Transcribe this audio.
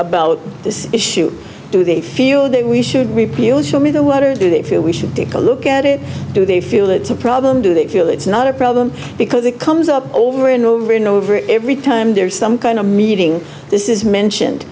about this issue do they feel that we should repeal show me the water do they feel we should take a look at it do they feel it's a problem do they feel it's not a problem because it comes up over and over and over every time there's some kind of meeting this is mentioned